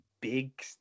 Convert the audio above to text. Big